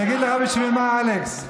אני אגיד לך בשביל מה, אלכס.